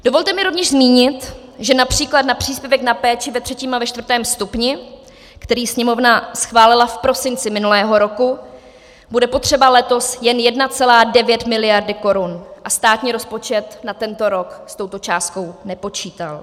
Dovolte mi rovněž zmínit, že například na příspěvek na péči ve třetím a ve čtvrtém stupni, který Sněmovna schválila v prosinci minulého roku, bude potřeba letos jen 1,9 miliardy korun a státní rozpočet na tento rok s touto částkou nepočítal.